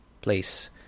place